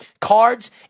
cards